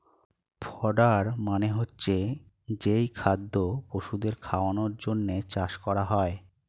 fodder মানে হচ্ছে যেই খাদ্য পশুদের খাওয়ানোর জন্যে চাষ করা হয়